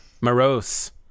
Morose